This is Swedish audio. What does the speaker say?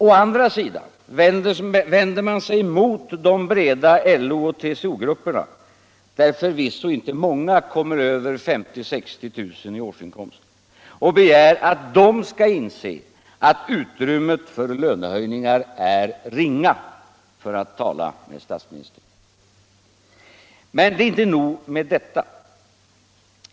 Å andra sidan vänder man sig emot de breda LO och TCO-grupperna, där förvisso inte många kommer över 50 000-60 000 kr. i årsinkomst, och begär att de skall inse att utrymmet för lönehöjningar är ringa, för att tala med statsministerns ord. Men det är inte nog med detta.